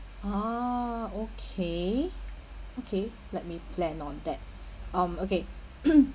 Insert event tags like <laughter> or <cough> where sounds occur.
uh okay okay let me plan on that um okay <noise>